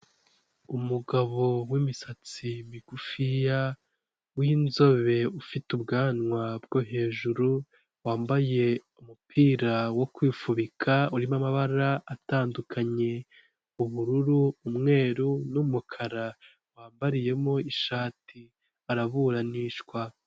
Umugabo w'imisatsi migufiya w'inzobe, ufite ubwanwa bwo hejuru, wambaye umupira wo kwifubika urimo amabara atandukanye: ubururu, umweru n'umukara, wambariyemo ishati araburanishwa.